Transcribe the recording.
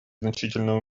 значительное